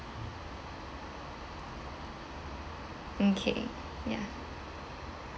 okay ya